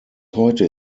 heute